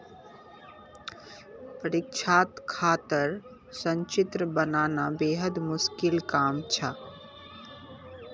परीक्षात खातार संचित्र बनाना बेहद मुश्किल काम छ